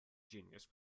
genius